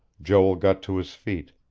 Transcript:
joel got to his feet.